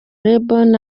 lebron